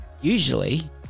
usually